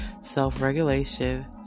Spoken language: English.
self-regulation